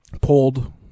pulled